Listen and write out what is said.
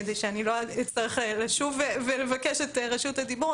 כדי שאני לא אצטרך לשוב ולבקש את רשות הדיבור,